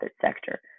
sector